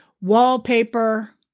wallpaper